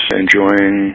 enjoying